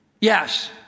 yes